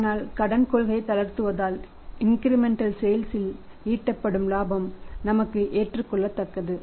ஆனால் கடன் கொள்கையை தளர்த்துவதால் இன்கிரிமெண்டல் சேல்ஸ் ல் ஈட்டப்படும் இலாபம் எங்களுக்கு ஏற்றுக்கொள்ளத்தக்கது